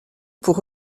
pour